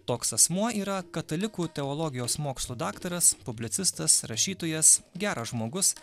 toks asmuo yra katalikų teologijos mokslų daktaras publicistas rašytojas geras žmogus